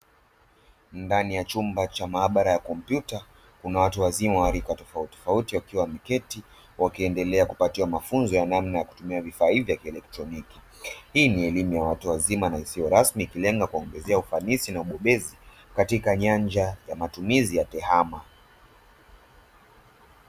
Ndani ya chumba cha maabara ya kompyuta, kuna watu wazima wa rika tofauti tofauti wakiwa wamekaa wakiendelea kupatiwa mafunzo ya namna ya kutumia vifaa hivi vya kielektroniki. Hii ni elimu ya watu wazima na isiyo rasmi ikilenga kuongezea ufanisi na uwezo katika nyanja ya matumizi ya tehama.